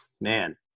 man